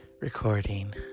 Recording